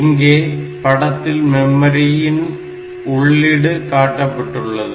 இங்கே படத்தில் மெமரியின் உள்ளீடு காட்டப்பட்டுள்ளது